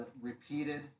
repeated